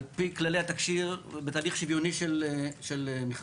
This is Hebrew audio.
על פי כללי התקשי"ר בתהליך שוויוני של מכרז